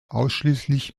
ausschließlich